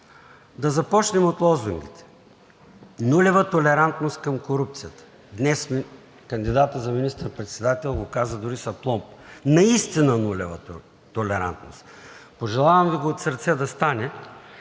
Да започнем от лозунгите: „Нулева толерантност към корупцията.“ Днес кандидатът за министър-председател го каза дори с апломб: „Наистина нулева толерантност!“ Пожелавам Ви го от сърце да стане,